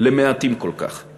למעטים כל כך.